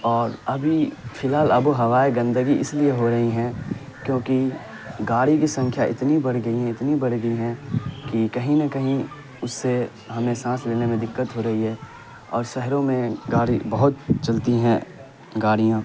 اور ابھی فی الحال آب و ہوا گندگی اس لیے ہو رہی ہیں کیونکہ گاڑی کی سنکھیا اتنی بڑھ گئی ہیں اتنی بڑھ گئی ہیں کہ کہیں نہ کہیں اس سے ہمیں سانس لینے میں دقت ہو رہی ہے اور شہروں میں گاڑی بہت چلتی ہیں گاڑیاں